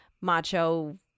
macho